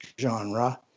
genre